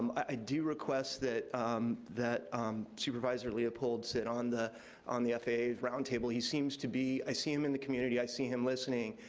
um i do request that that supervisor leopold sit on the on the faa roundtable. he seems to be, i see him in the community, i see him listening,